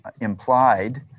implied